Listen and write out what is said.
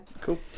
Cool